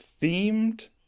themed